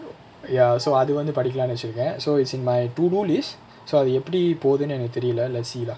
ya so அதுவந்து படிகலானு வச்சிருக்க:athuvanthu padikalaanu vachirukka so it's in my to do list so அது எப்டி போதுனு எனக்கு தெரில:athu epdi pothunu enakku therila let's see lah